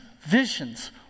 visions